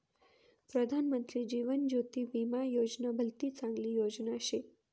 प्रधानमंत्री जीवन ज्योती विमा योजना भलती चांगली योजना शे